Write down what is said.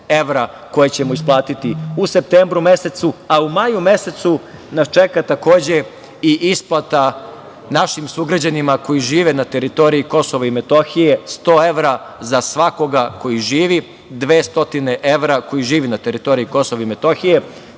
koje ćemo isplatiti u septembru mesecu, a u maju mesecu nas čeka takođe i isplata našim sugrađanima koji žive na teritoriji KiM 100 evra za svakoga koji živi, 200 evra koji živi na teritoriji KiM,